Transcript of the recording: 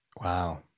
Wow